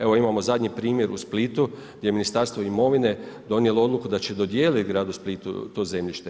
Evo imamo zadnji primjer u Splitu gdje je Ministarstvo imovine donijelo odluku da će dodijeliti gradu Splitu to zemljište.